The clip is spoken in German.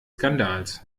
skandals